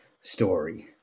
story